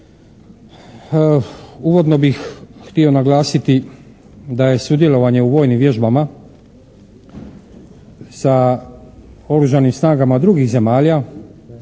Uvodno bih htio naglasiti da je sudjelovanje u vojnim vježbama sa oružanim snagama drugih zemalja